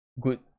good